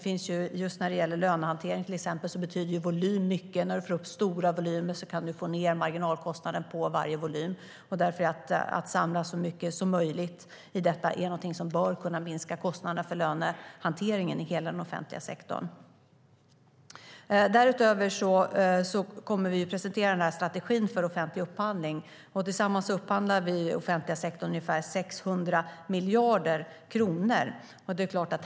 När det till exempel gäller lönehantering betyder volym mycket. När du får stora volymer kan du få ned marginalkostnaden på varje volym. Därför är detta att samla så mycket som möjligt någonting som bör kunna minska kostnaderna för lönehanteringen i hela den offentliga sektorn. Därutöver kommer vi att presentera strategin för offentlig upphandling. Tillsammans upphandlar vi i den offentliga sektorn ungefär 600 miljarder kronor.